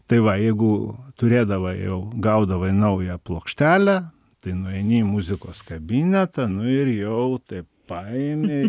tai va jeigu turėdavai jau gaudavai naują plokštelę tai nueini į muzikos kabinetą nu ir jau taip paimi